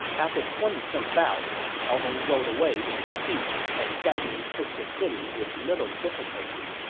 after twenty some bouts, cao hong rode away in defeat, and gan ning took the city with little difficulty.